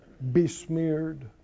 besmeared